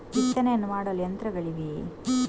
ಬಿತ್ತನೆಯನ್ನು ಮಾಡಲು ಯಂತ್ರಗಳಿವೆಯೇ?